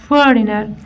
Foreigner